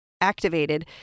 activated